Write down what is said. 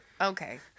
Okay